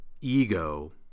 ego